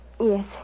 Yes